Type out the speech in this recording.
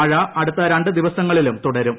മഴ അടുത്ത രണ്ടു ദിവസങ്ങളിലും തുടരും